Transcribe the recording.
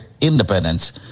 independence